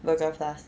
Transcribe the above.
burger plus